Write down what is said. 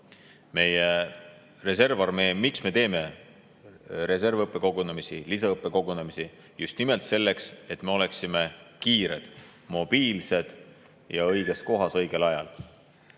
ära anda. Miks me teeme reservõppekogunemisi, lisaõppekogunemisi? Just nimelt selleks, et me oleksime kiired, mobiilsed ja õiges kohas õigel ajal.